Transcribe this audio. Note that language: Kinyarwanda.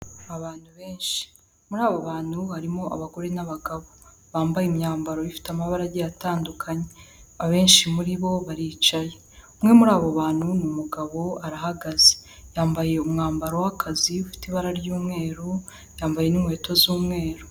Abantu benshi, muri abo bantu harimo abagore n'abagabo bambaye imyambaro ifite amabara agiye atandukanye, abenshi muri bo baricaye, umwe muri abo bantu ni umugabo arahagaze, yambaye umwambaro w'akazi ufite ibara ry'umweru, yambaye n'inkweto z'umweru.